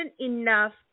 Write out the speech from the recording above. enough